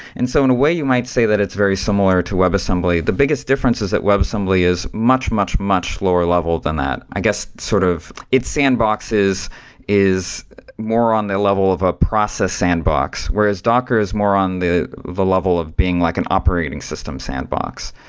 and so in a way you might say that it's very similar to webassembly. the biggest difference is that webassembly is much, much, much lower level than that. i guess sort of it sandboxes is is more on the level of a process sandbox, whereas docker is more on the the level of being like an operating system sandbox.